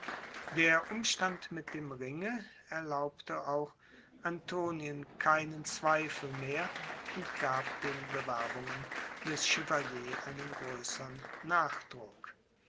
der umstand mit dem ringe erlaubte auch antonien keinen zweifel mehr und gab den bewerbungen des chevalier einen größern nachdruck